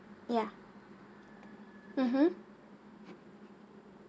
ya mmhmm